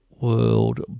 world